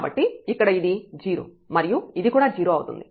కాబట్టి ఇక్కడ ఇది 0 మరియు ఇది కూడా 0 అవుతుంది